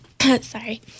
Sorry